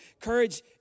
Courage